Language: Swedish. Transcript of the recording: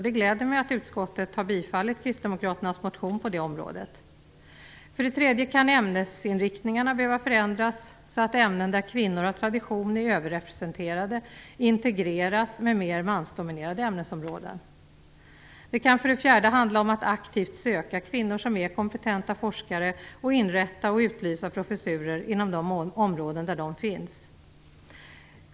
Det gläder mig att utskottet ställt sig bakom kristdemokraternas motion på det området. För det tredje kan ämnesinriktningarna behöva förändras så, att ämnen där kvinnor av tradition är överrepresenterade integreras med mer mansdominerade ämnesområden. Det kan, för det fjärde, handla om att aktivt söka kvinnor som är kompetenta forskare och inrätta och utlysa professurer inom de områden där de finns.